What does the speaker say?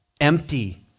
empty